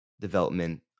development